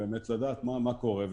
לדעת מה קורה,